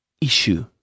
issue